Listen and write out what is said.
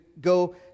go